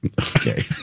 okay